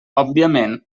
òbviament